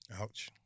ouch